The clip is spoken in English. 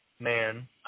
Man